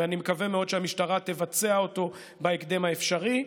ואני מקווה מאוד שהמשטרה תבצע אותו בהקדם האפשרי.